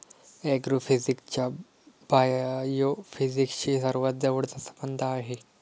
ऍग्रोफिजिक्सचा बायोफिजिक्सशी सर्वात जवळचा संबंध आहे